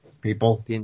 people